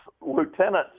lieutenants